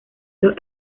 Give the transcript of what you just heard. los